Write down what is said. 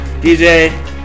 DJ